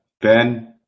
Ben